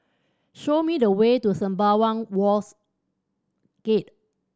show me the way to Sembawang Wharves Gate